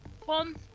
one